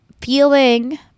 feeling